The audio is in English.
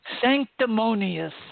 Sanctimonious